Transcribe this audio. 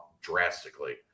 drastically